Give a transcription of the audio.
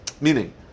meaning